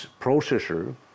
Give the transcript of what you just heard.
processor